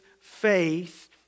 faith